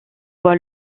voit